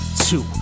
two